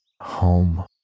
Home